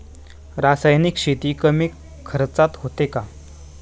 रासायनिक शेती कमी खर्चात होते का?